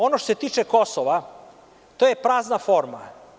Ono što se tiče Kosova, to je prazna forma.